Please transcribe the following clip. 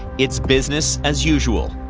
it's business as usual.